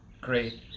Great